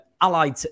allied